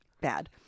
Bad